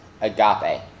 agape